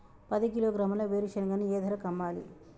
పది కిలోగ్రాముల వేరుశనగని ఏ ధరకు అమ్మాలి?